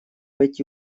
эти